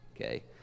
Okay